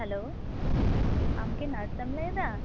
hello ᱟᱢᱠᱤ ᱱᱟᱨᱥ ᱮᱢ ᱞᱟ ᱭᱮᱫᱟ